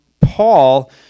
Paul